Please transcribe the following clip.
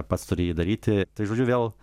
pats turėji jį daryti tai žodžiu vėl